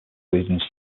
swedish